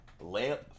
lamp